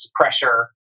pressure